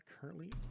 currently